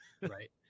right